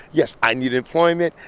yes, i need employment.